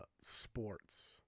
sports